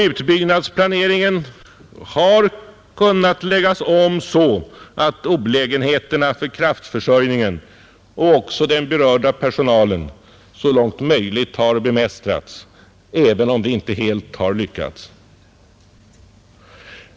Utbyggnadsplaneringen har kunnat läggas om så att olägenheterna för kraftförsörjningen och också för den berörda personalen så långt möjligt har kunnat bemästras, även om detta inte helt har lyckats.